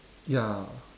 ya